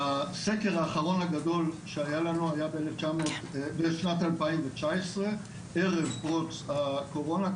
הסקר האחרון הגדול שהיה לנו היה בשנת 2019 ערב פרוץ הקורונה,